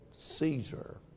Caesar